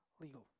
legal